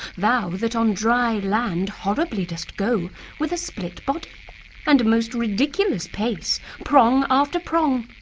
thou that on dry land horribly dost go with a split body and most ridiculous pace prong after prong,